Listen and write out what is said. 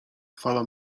fala